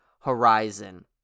horizon